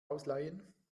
ausleihen